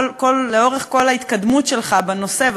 לאורך כל ההתקדמות שלך בנושא,